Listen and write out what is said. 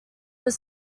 were